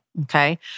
Okay